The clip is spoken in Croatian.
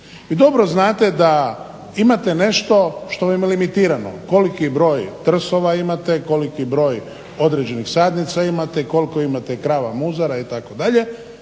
Vi dobro znate da imate nešto što je limitirano, koliki broj trsova imate, koliki broj određenih sadnica imate, koliko imate krava muzara itd.,